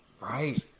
Right